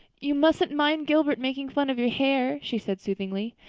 you mustn't mind gilbert making fun of your hair, she said soothingly.